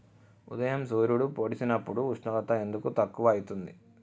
ఉదయం సూర్యుడు పొడిసినప్పుడు ఉష్ణోగ్రత ఎందుకు తక్కువ ఐతుంది?